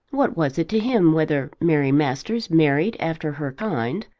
what was it to him whether mary masters married after her kind,